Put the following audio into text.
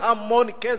זה המון כסף.